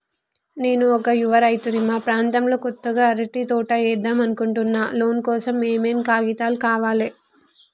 నేను ఒక యువ రైతుని మా ప్రాంతంలో కొత్తగా అరటి తోట ఏద్దం అనుకుంటున్నా లోన్ కోసం ఏం ఏం కాగితాలు కావాలే?